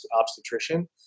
obstetrician